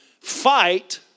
Fight